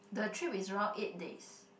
the trip is around eight days